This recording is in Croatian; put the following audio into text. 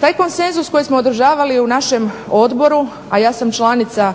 Taj konsenzus koji smo održavali u našem Odboru, a ja sam članica